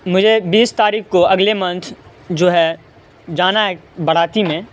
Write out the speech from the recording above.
مجھے بیس تاریخ کو اگلے منتھ جو ہے جانا ہے ایک باراتی میں